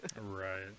Right